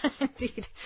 Indeed